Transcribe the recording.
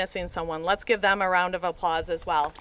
missing someone let's give them a round of applause as well